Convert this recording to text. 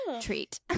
treat